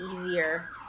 easier